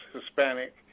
Hispanic